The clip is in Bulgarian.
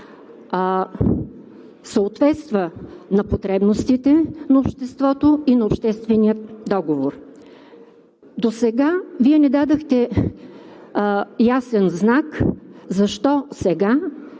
съответства на потребностите на обществото и на обществения договор. Досега Вие не дадохте ясен знак защо сега,